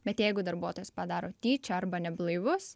bet jeigu darbuotojas padaro tyčia arba neblaivus